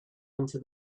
into